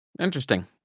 interesting